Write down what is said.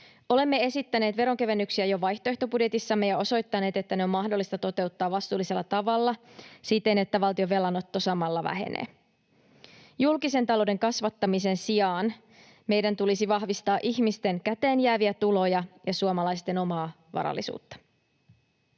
Olemme esittäneet veronkevennyksiä jo vaihtoehtobudjetissamme ja osoittaneet, että ne on mahdollista toteuttaa vastuullisella tavalla siten, että valtion velanotto samalla vähenee. Julkisen talouden kasvattamisen sijaan meidän tulisi vahvistaa ihmisten käteen jääviä tuloja ja suomalaisten omaa varallisuutta.